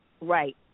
Right